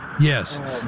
Yes